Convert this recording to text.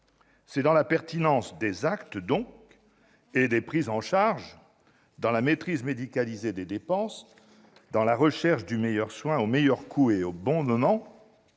C'est donc dans la pertinence des actes et des prises en charge, dans la maîtrise médicalisée des dépenses, dans la recherche du meilleur soin au meilleur coût et au bon moment